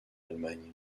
allemagne